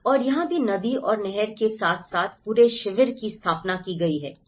और यहाँ भी नदी और नहर के साथ साथ पूरे शिविर की स्थापना की गई है नदियों